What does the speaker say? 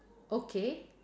okay